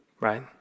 right